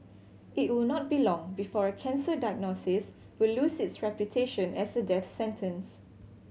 it will not be long before a cancer diagnosis will lose its reputation as a death sentence